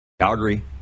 Calgary